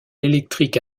électrique